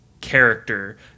character